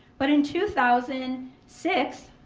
but in two thousand six,